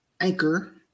anchor